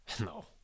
No